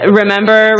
remember